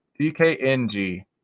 DKNG